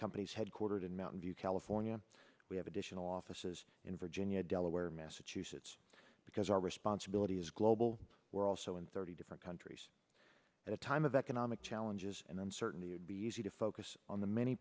companies headquartered in mountain view california we have additional offices in virginia delaware massachusetts because our responsibility is global we're also in thirty different countries at a time of economic challenges and i'm certainly would be easy to focus on the m